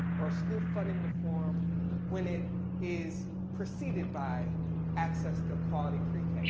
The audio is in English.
or school funding reform when it is preceded by access to quality pre-k,